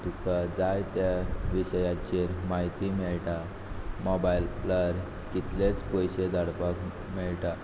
तुका जाय त्या विशयाचेर म्हायती मेळटा मोबायलार कितलेंच पयशे धाडपाक मेळटा